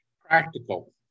practical